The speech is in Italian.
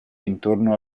intorno